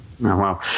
Wow